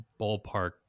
ballpark